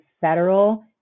federal